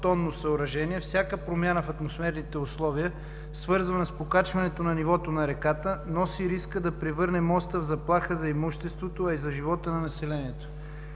за 100-тонно съоръжение. Всяка промяна в атмосферните условия, свързана с покачването на нивото на реката, носи риска да превърне моста в заплаха за имуществото, а и за живота на населението.